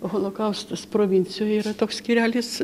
holokaustas provincijoje yra toks skyrelis